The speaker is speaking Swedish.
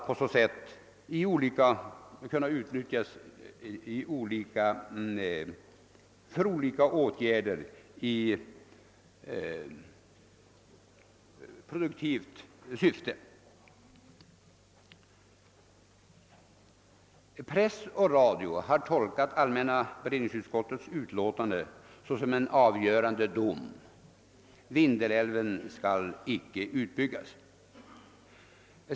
Press och radio har tolkat allmänna beredningsutskottets : utlåtande som en avgörande dom: Vindelälven skall icke utbyggas.